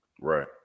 Right